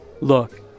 Look